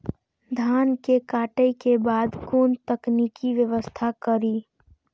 धान के काटे के बाद कोन तकनीकी व्यवस्था करी?